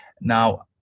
Now